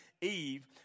Eve